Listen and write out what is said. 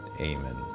Amen